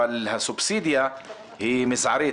אבל הסובסידיה היא מזערית.